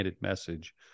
message